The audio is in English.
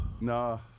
No